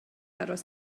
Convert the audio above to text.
aros